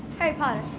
harry potter.